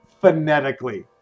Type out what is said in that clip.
phonetically